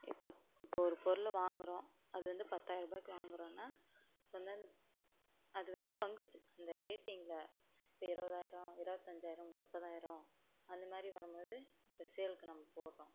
இப்போது இப்போது ஒரு பொருள் வாங்குகிறோம் அது வந்து பத்தாயிர்ரூபாய்க்கு வாங்குறோம்னா வந்து அந்த அது வந்து பங்குச் சந்தை ரேட்டிங்கில் இப்போ இருபதாயிரோம் இருபத்தஞ்சாயிரோம் முப்பதாயிரோம் அந்த மாதிரி வரமோது இப்போ சேல்க்கு நம்ம போடுகிறோம்